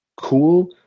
Cool